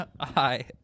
Hi